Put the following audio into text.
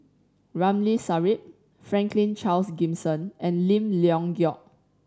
Ramli Sarip Franklin Charles Gimson and Lim Leong Geok